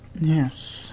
Yes